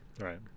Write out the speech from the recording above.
Right